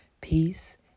peace